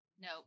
No